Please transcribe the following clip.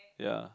ya